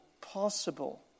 possible